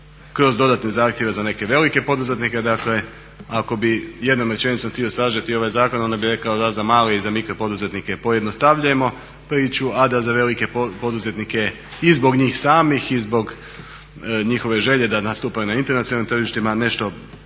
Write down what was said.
kroz dodatne zahtjeve za neke velike poduzetnike. Dakle, ako bi jednom rečenicom htio sažeti ovaj zakon, onda bih rekao da za male i za mikro poduzetnike pojednostavljujemo priču, a da za velike poduzetnike i zbog njih samih i zbog njihove želje da nastupaju na internacionalnim tržištima nešto